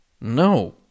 no